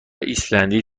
ایسلندی